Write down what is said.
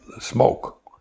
smoke